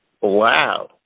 Wow